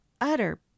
utter